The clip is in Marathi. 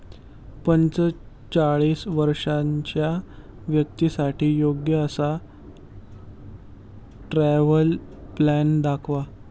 पंचेचाळीस वर्षांच्या व्यक्तींसाठी योग्य असा ट्रॅव्हल प्लॅन दाखवा